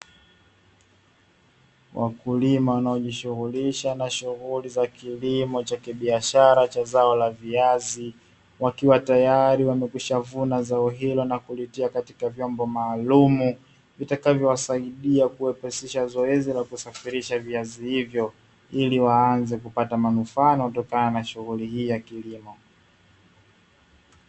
Wakulima wanaojishughulisha na shughuli za kilimo cha kibiashara cha zao la viazi, wakiwa tayari wamekwishavuna zao hilo na kulitia katika vyombo maalumu, vitakavyowasaidia kuwepesisha zoezi la kusafirisha viazi hivyo, ili waanze kupata manufaa yanayotokana shughuli hii ya kilimo.